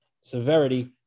severity